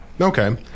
Okay